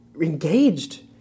engaged—